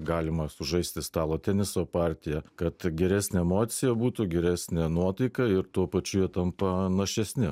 galima sužaisti stalo teniso partiją kad geresnė emocija būtų geresnė nuotaika ir tuo pačiu jie tampa našesni